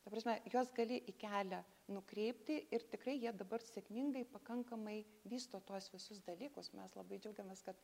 ta prasme juos gali į kelią nukreipti ir tikrai jie dabar sėkmingai pakankamai vysto tuos visus dalykus mes labai džiaugiamės kad